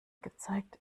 gezeigt